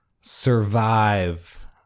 Survive